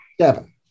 Seven